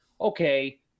okay